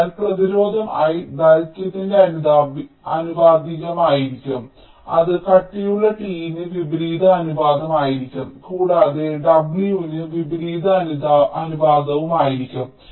അതിനാൽ പ്രതിരോധം l ദൈർഘ്യത്തിന് ആനുപാതികമായിരിക്കും അത് കട്ടിയുള്ള t ന് വിപരീത അനുപാതമായിരിക്കും കൂടാതെ w ന് വിപരീത അനുപാതവും ആയിരിക്കും